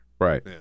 Right